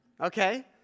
Okay